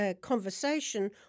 conversation